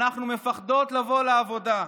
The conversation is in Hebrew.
אנחנו מפחדות לבוא לעבודה.